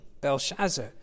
Belshazzar